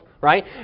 right